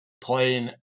playing